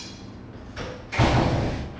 I hate travelling in like